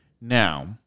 Now